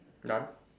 done